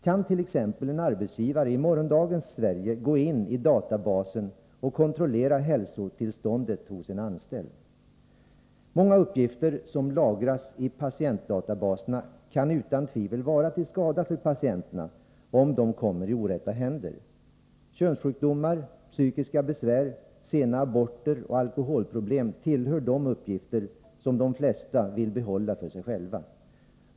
Kan t.ex. en arbetsgivare i morgondagens Sverige gå in i databasen och kontrollera hälsotillståndet hos en anställd? Många uppgifter som lagras i patientdatabaserna kan utan tvivel vara till skada för patienterna om de kommer i orätta händer. Könssjukdomar, psykiska besvär, sena aborter och alkoholproblem tillhör de uppgifter som de flesta vill behålla för sig själva.